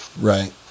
Right